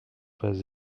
pas